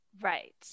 right